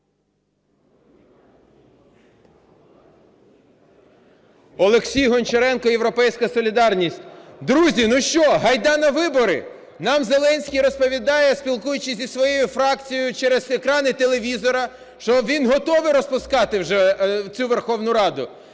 Олексій Гончаренко, "Європейська солідарність". Друзі, ну що, гайда на вибори? Нам Зеленський розповідає, спілкуючись зі своєю фракцією через екрани телевізора, що він готовий розпускати вже цю Верховну Раду.